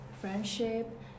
friendship